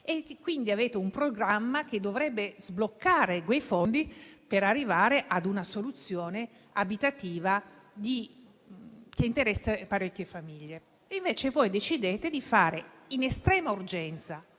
Quindi, avete un programma che dovrebbe sbloccare quei fondi, per arrivare ad una soluzione abitativa che interessi parecchie famiglie. Invece, voi decidete di fare in estrema urgenza,